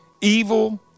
evil